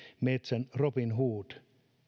metsän robin hood